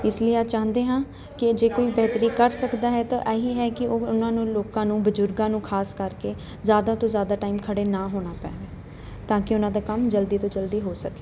ਇਸ ਲਈ ਆਹ ਚਾਹੁੰਦੇ ਹਾਂ ਕਿ ਜੇ ਕੋਈ ਬਹਿਤਰੀ ਕਰ ਸਕਦਾ ਹੈ ਤਾਂ ਇਹ ਹੀ ਹੈ ਕਿ ਉਹ ਉਹਨਾਂ ਨੂੰ ਲੋਕਾਂ ਨੂੰ ਬਜ਼ੁਰਗਾਂ ਨੂੰ ਖ਼ਾਸ ਕਰਕੇ ਜ਼ਿਆਦਾ ਤੋਂ ਜ਼ਿਆਦਾ ਟਾਈਮ ਖੜੇ ਨਾ ਹੋਣਾ ਪਵੇ ਤਾਂ ਕਿ ਉਹਨਾਂ ਦੇ ਕੰਮ ਜਲਦੀ ਤੋਂ ਜਲਦੀ ਹੋ ਸਕੇ